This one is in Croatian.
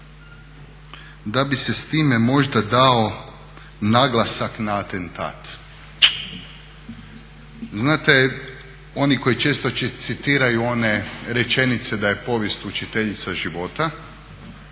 da bi se s time možda dao naglasak na atentat. Znate, oni koji često citiraju one rečenice da je povijest učiteljica života